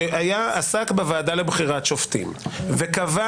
שעסק בוועדה לבחירת שופטים וקבע